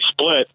split